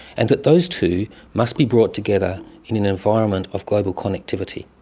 and that those two must be brought together in an environment of global connectivity.